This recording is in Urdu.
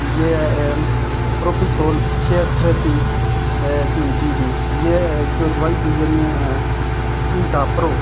یہ پروپیسول شیئر تھراپی کہ جی جی یہ جو دوائی تھی یہ منٹا پرو